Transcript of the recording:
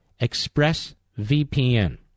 ExpressVPN